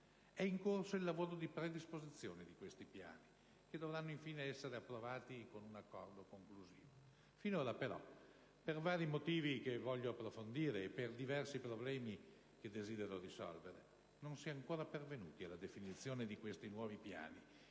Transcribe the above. È in corso il lavoro di predisposizione di questi piani, che dovranno infine essere approvati con un accordo conclusivo. Finora, però, per vari motivi che voglio approfondire e per diversi problemi che desidero risolvere, non si è ancora pervenuti alla definizione di questi nuovi piani,